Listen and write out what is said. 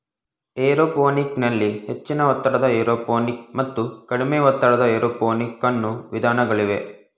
aeroponic ನಲ್ಲಿ ಹೆಚ್ಚಿನ ಒತ್ತಡದ ಏರೋಪೋನಿಕ್ ಮತ್ತು ಕಡಿಮೆ ಒತ್ತಡದ ಏರೋಪೋನಿಕ್ ಅನ್ನೂ ವಿಧಾನಗಳಿವೆ